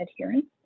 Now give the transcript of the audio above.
adherence